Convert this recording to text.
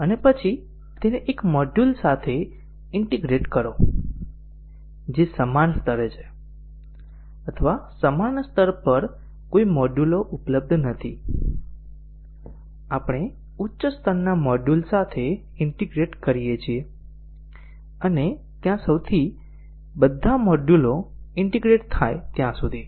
અને પછી તેને એક મોડ્યુલ સાથે ઈન્ટીગ્રેટ કરો જે સમાન સ્તરે છે અથવા સમાન સ્તર પર કોઈ મોડ્યુલો ઉપલબ્ધ નથી આપણે ઉચ્ચ સ્તરના મોડ્યુલ સાથે ઈન્ટીગ્રેટ કરીએ છીએ અને ત્યાં સુધી બધા મોડ્યુલો ઈન્ટીગ્રેટ થાય ત્યાં સુધી